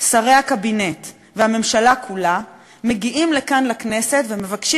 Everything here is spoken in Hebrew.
שרי הקבינט והממשלה כולה מגיעים לכאן לכנסת ומבקשים